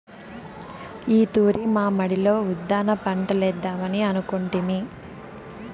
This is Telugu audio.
ఈ తూరి మా మడిలో ఉద్దాన పంటలేద్దామని అనుకొంటిమి